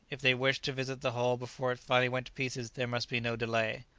if they wished to visit the hull before it finally went to pieces there must be no delay.